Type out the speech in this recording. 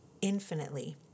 infinitely